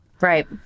Right